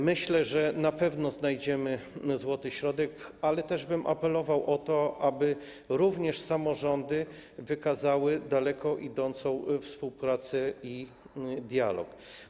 Myślę, że na pewno znajdziemy złoty środek, ale apelowałbym o to, aby również samorządy wykazały daleko idącą współpracę i dialog.